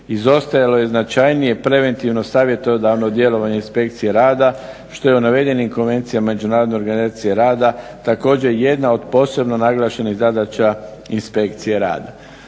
izostajalo je značajnije preventivno savjetodavno djelovanje inspekcije rada što je u navedenim Konvencijama Međunarodne organizacije rada također jedna od posebno naglašenih zadaća inspekcije rada.